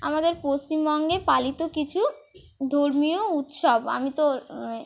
আমাদের পশ্চিমবঙ্গে পালিত কিছু ধর্মীয় উৎসব আমি তো